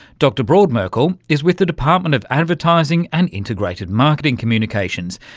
dr brodmerkel is with the department of advertising and integrated marketing communications.